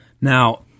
Now